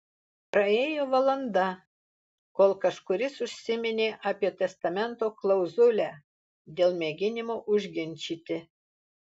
praėjo valanda kol kažkuris užsiminė apie testamento klauzulę dėl mėginimo užginčyti